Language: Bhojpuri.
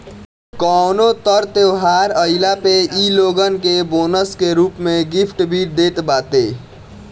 कवनो तर त्यौहार आईला पे इ लोगन के बोनस के रूप में गिफ्ट भी देत बाटे